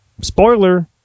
spoiler